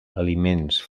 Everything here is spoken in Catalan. aliments